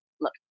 look